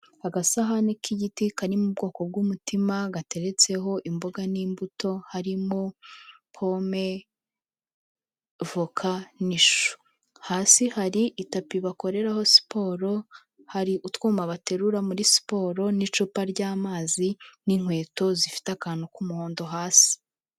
Agasahani k'igiti kari mu bwoko bw'umutima gateretseho imbuga n'imbuto harimo pome voka n'ishu. Hasi hari itapi bakoreraraho siporo hari utwuma baterura muri siporo n'icupa ry'amazi n'inkweto zifite akantu k'umuhondo hasi.